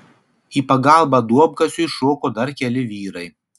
į pagalbą duobkasiui šoko dar keli vyrai